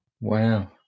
Wow